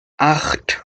acht